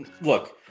look